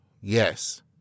Yes